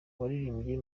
waririmbye